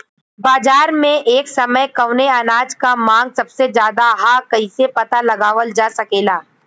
बाजार में एक समय कवने अनाज क मांग सबसे ज्यादा ह कइसे पता लगावल जा सकेला?